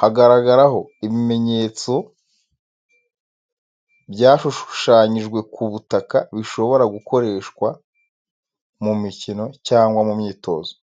Haragaragaraho ibimenyetso byashushanyijwe ku butaka bishobora gukoreshwa mu mikino cyangwa mu myitozo.